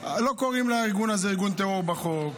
לא קוראים לארגון הזה ארגון טרור בחוק.